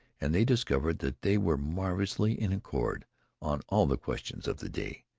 and they discovered that they were marvellously in accord on all the questions of the day.